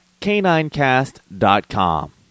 caninecast.com